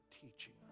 teaching